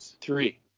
Three